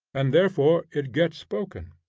and therefore it gets spoken.